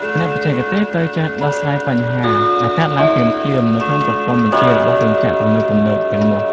អ្នកបច្ចេកទេសត្រូវចេះដោះស្រាយបញ្ហាដែលកើតឡើងភ្លាមៗនៅក្នុងប្រព័ន្ធបញ្ជារបស់គ្រឿងចក្រទំនើបៗទាំងនោះ។